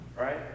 right